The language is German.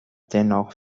dennoch